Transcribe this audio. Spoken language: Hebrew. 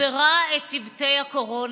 ותגברה את צוותי הקורונה.